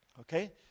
Okay